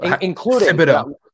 including